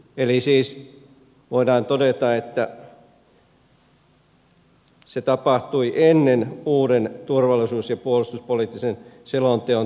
eli siis voidaan todeta että se tapahtui ennen uuden turvallisuus ja puolustuspoliittisen selonteon tekemistä